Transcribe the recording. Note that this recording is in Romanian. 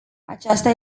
aceasta